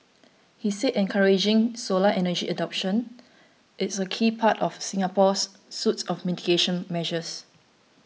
he said encouraging solar energy adoption is a key part of Singapore's suite of mitigation measures